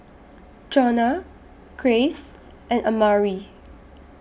Jonna Grace and Amari